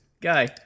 guy